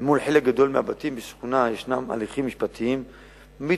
אל מול חלק גדול מהבתים בשכונה יש הליכים משפטיים מתמשכים,